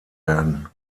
werden